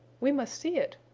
we must see it,